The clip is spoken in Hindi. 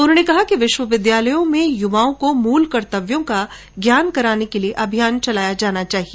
उन्होंने कहा कि विश्वविद्यालयों में युवाओं को मूल कर्तव्यों का ज्ञान कराने के लिए अभियान चलाया जाना चाहिए